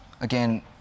again